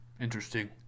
Interesting